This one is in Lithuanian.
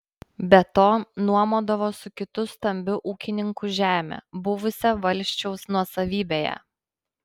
be to nuomodavo su kitu stambiu ūkininku žemę buvusią valsčiaus nuosavybėje